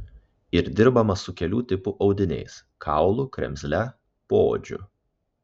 ir dirbama su kelių tipų audiniais kaulu kremzle poodžiu